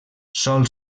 sol